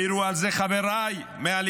העירו על זה חבריי מהליכוד,